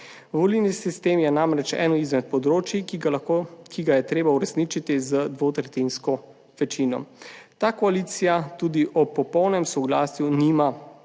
Volilni sistem je namreč eno izmed področij, ki ga je treba uresničiti z dvotretjinsko večino. Ta koalicija tudi ob popolnem soglasju nima,